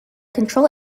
control